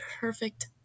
perfect